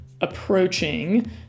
approaching